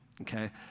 Okay